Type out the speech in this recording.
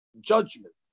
judgment